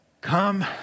Come